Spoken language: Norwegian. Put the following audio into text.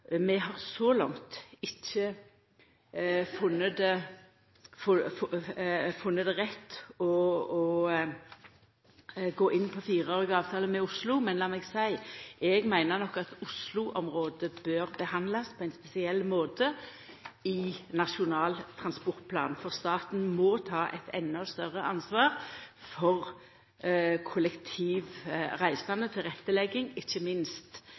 har så langt ikkje funne det rett å gå inn på fireårige avtalar med Oslo. Men lat meg seia: Eg meiner at Oslo-området bør behandlast på ein spesiell måte i Nasjonal transportplan, for staten må ta eit endå større ansvar for tilrettelegging av kollektivreiser. Ikkje minst